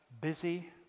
busy